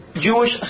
Jewish